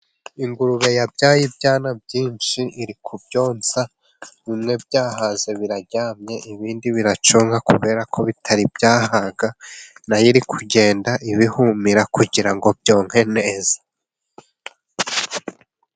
Ingurube yabyaye ibyana byinshi iri ku byonsa bimwe byahaze biraryamye ibindi biracyonka kubera ko bitari byahaga. Nayo iri kugenda ibihumira kugira ngo byonke neza.